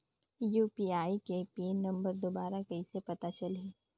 UPI के pin number दुबारा कइसे पता चलही?